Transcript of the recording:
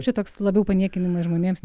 čia toks labiau paniekinimas žmonėms